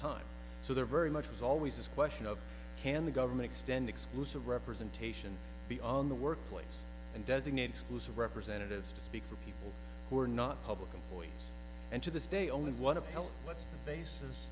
time so they're very much as always this question of can the government extend exclusive representation be on the workplace and designate exclusive representatives to speak for people who are not public employees and to this day only one upheld what's basis